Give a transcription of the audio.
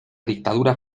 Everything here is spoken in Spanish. dictadura